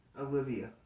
Olivia